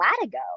latigo